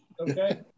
Okay